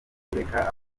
kureka